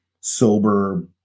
sober